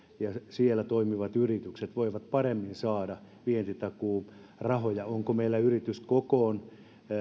ja siellä toimivat yritykset voivat paremmin saada vientitakuurahoja onko meillä yrityskokoon